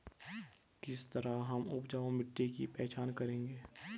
किस तरह हम उपजाऊ मिट्टी की पहचान करेंगे?